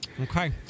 okay